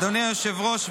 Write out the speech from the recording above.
אדוני היושב-ראש,